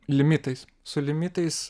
limitais su limitais